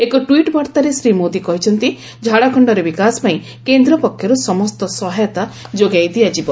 ଏକ ଟୁଇଟ୍ ବାର୍ଭାରେ ଶ୍ରୀ ମୋଦୀ କହିଛନ୍ତି ଝାଡଖଣ୍ଡର ବିକାଶ ପାଇଁ କେନ୍ଦ୍ର ପକ୍ଷରୁ ସମସ୍ତ ସହାୟତା ଯୋଗାଇ ଦିଆଯିବ